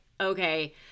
okay